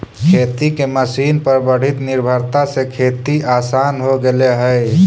खेती के मशीन पर बढ़ीत निर्भरता से खेती आसान हो गेले हई